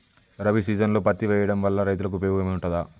రబీ సీజన్లో పత్తి వేయడం వల్ల రైతులకు ఉపయోగం ఉంటదా?